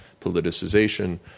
politicization